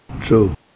True